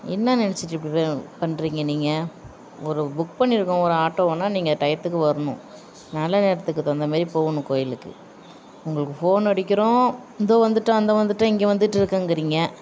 என்ன நினச்சிட்டு இப்படி ப பண்ணுறீங்க நீங்கள் ஒரு புக் பண்ணியிருக்கோம் ஒரு ஆட்டோவனா நீங்கள் டயத்துக்கு வரணும் நல்ல நேரத்துக்கு தகுந்த மாதிரி போகணும் கோயிலுக்கு உங்களுக்கு ஃபோன் அடிக்கிறோம் இந்தா வந்துட்டோம் அந்தா வந்துட்டோம் இங்கே வந்துகிட்டுருக்கங்குறிங்க